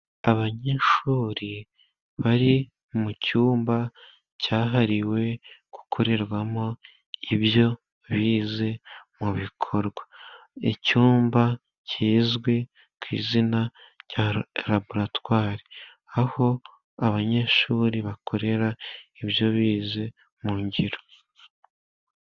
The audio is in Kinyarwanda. Abanyeshuri bari mu cyumba, cyahariwe gukorerwamo ibyo bize mu bikorwa, icyumba kizwi ku izina rya laboratwari, aho abanyeshuri bakorera ibyo bize mu ngiro.